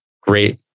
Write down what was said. great